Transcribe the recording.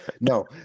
No